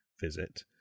visit